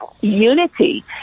unity